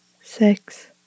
Six